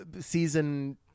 season